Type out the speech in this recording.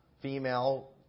female